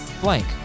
blank